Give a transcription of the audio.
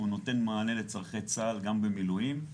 נותן מענה לצורכי צה"ל גם במילואים,